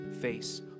face